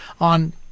on